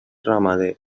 ramader